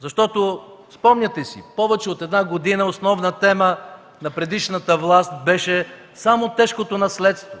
Защото, спомняте си, повече от една година основна тема на предишната власт беше само тежкото наследство.